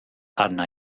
arna